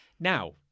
Now